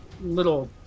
little